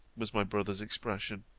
was my brother's expression